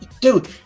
Dude